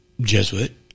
Jesuit